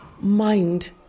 mind